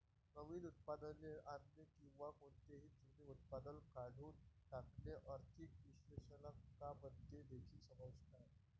नवीन उत्पादने आणणे किंवा कोणतेही जुने उत्पादन काढून टाकणे आर्थिक विश्लेषकांमध्ये देखील समाविष्ट आहे